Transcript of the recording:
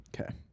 Okay